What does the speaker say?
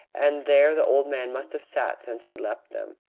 and there the old man must have sat since he left them.